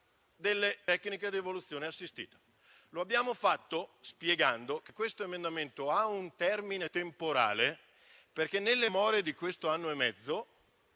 delle tecniche di evoluzione assistita. Lo abbiamo fatto spiegando che questo emendamento ha un termine temporale, perché nelle more di questo anno e mezzo